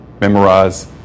Memorize